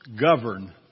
govern